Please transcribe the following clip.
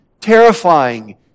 Terrifying